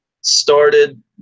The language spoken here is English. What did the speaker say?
started